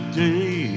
day